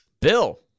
Bill